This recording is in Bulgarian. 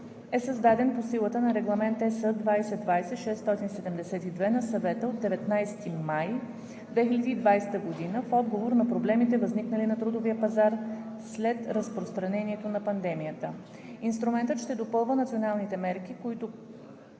е създаден по силата на Регламент (ЕС) 2020/672 на Съвета от 19 май 2020 година в отговор на проблемите, възникнали на трудовия пазар след разпространението на пандемията. Инструментът ще допълва националните мерки, като